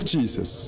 Jesus